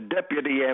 Deputy